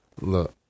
Look